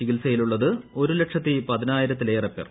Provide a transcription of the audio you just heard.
ചികിത്സയിലുള്ളത് ഒരു ലക്ഷത്തി പതിനായിരത്തിലേറെ പേർ